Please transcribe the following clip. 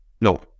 No